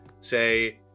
say